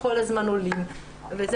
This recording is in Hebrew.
שזה